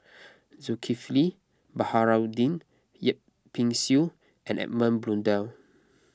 Zulkifli Baharudin Yip Pin Xiu and Edmund Blundell